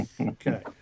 Okay